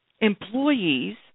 employees